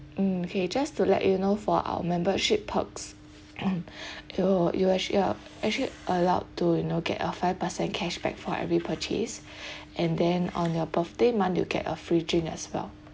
mm okay just to let you know for our membership perks it'll you'll actually uh actually allowed to you know get a five percent cashback for every purchase and then on your birthday month you'll get a free drink as well